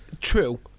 True